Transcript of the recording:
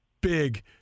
big